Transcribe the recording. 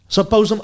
Suppose